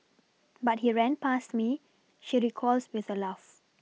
but he ran past me she recalls with a laugh